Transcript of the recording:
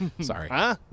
Sorry